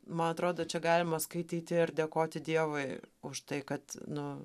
man atrodo čia galima skaityti ir dėkoti dievui už tai kad nu